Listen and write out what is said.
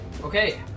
Okay